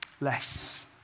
less